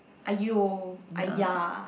!aiyo! !aiya!